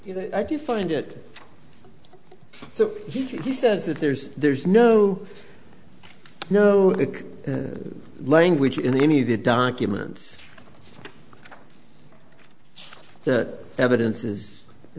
you know i do find it so he says that there's there's no no language in any of the documents that evidence is you